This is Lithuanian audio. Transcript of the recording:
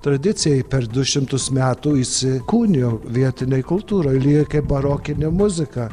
tradicija i per du šimtus metų įsikūnijo vietinėj kultūroj lygiai kaip barokinė muzika